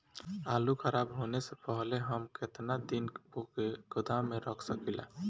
आलूखराब होने से पहले हम केतना दिन वोके गोदाम में रख सकिला?